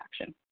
action